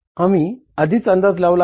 आम्ही आधीच अंदाज लावला आहे